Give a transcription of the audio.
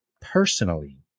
personally